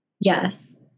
Yes